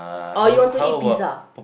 or you want to eat pizza